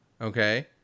Okay